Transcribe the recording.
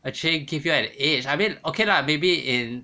actually give you an edge I mean okay lah maybe in